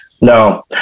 No